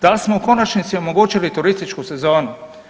Da li smo, u konačnici, omogućili turističku sezonu?